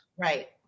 Right